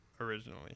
originally